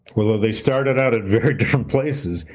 although they started out at very different places,